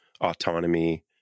autonomy